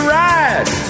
ride